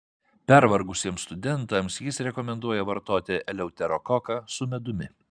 pervargusiems studentams jis rekomenduoja vartoti eleuterokoką su medumi